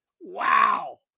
Wow